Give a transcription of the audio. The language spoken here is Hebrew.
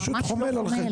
פשוט חומל על חשבוננו.